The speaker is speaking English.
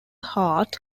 heart